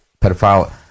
pedophile